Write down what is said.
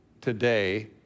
today